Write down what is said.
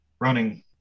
running